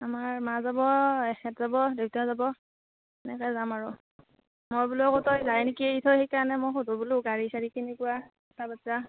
আমাৰ মা যাব এখেত যাব দেউতা যাব তেনেকৈ যাম আৰু মই বোলো আকৌ তই যায় নেকি এৰি থৈ সেইকাৰণে মই সুধোঁ বোলো গাড়ী চাড়ী কেনেকুৱা কথা বতৰা